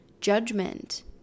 judgment